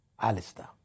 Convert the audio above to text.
Alistair